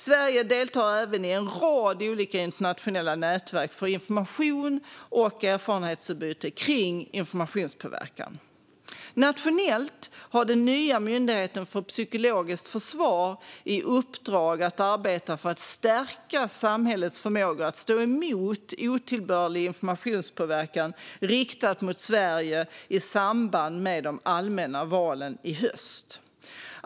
Sverige deltar även i en rad olika internationella nätverk för informations och erfarenhetsutbyte kring informationspåverkan. Nationellt har den nya Myndigheten för psykologiskt försvar i uppdrag att arbeta för att stärka samhällets förmåga att stå emot otillbörlig informationspåverkan riktad mot Sverige i samband med de allmänna valen i höst.